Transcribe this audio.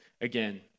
again